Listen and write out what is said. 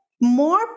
more